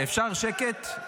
אפשר שקט?